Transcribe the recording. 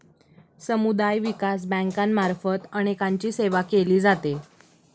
समुदाय विकास बँकांमार्फत अनेकांची सेवा केली जाते